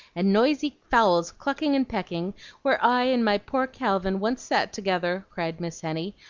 and noisy fowls clucking and pecking where i and my poor calvin once sat together, cried miss henny,